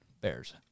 bears